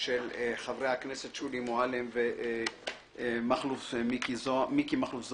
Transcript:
של חברי הכנסת שולי מועלם ומכלוף מיקי זוהר.